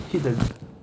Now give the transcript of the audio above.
hit the